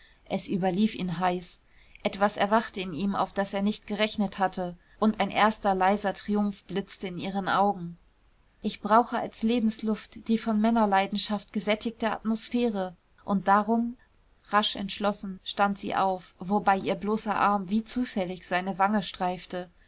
es überlief ihn heiß etwas erwachte in ihm auf das er nicht gerechnet hatte und ein erster leiser triumph blitzte in ihren augen ich brauche als lebensluft die von männerleidenschaft gesättigte atmosphäre und darum rasch entschlossen stand sie auf wobei ihr bloßer arm wie zufällig seine wange streifte